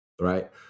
Right